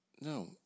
No